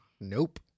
Nope